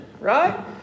right